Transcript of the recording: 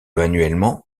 annuellement